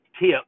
tip